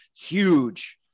huge